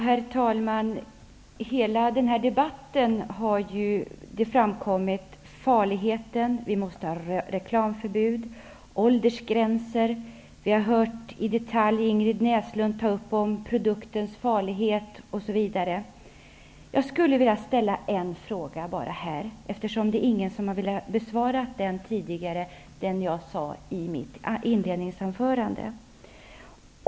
Herr talman! I hela den här debatten har farligheten framkommit. Vi måste ha reklamförbud, åldersgränser. Vi har hört Ingrid Näslund i detalj ta upp produktens farlighet. Jag skulle vilja ställa en fråga, eftersom ingen tidigare har velat besvara den fråga jag ställde i mitt inledningsanförande.